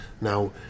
now